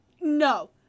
no